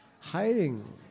hiding